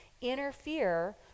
interfere